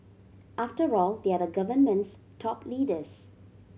after all they are the government's top leaders